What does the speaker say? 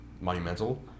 monumental